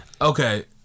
Okay